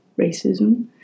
racism